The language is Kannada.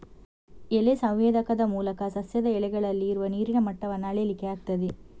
ಎಲೆ ಸಂವೇದಕದ ಮೂಲಕ ಸಸ್ಯದ ಎಲೆಗಳಲ್ಲಿ ಇರುವ ನೀರಿನ ಮಟ್ಟವನ್ನ ಅಳೀಲಿಕ್ಕೆ ಆಗ್ತದೆ